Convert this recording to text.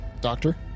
Doctor